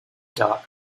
dark